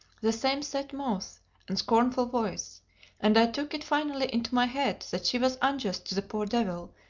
the same set mouth and scornful voice and i took it finally into my head that she was unjust to the poor devil,